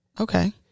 Okay